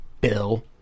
Bill